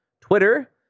Twitter